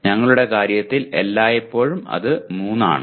ഞങ്ങളുടെ കാര്യത്തിൽ എല്ലായ്പ്പോഴും അത് 3 ആണ്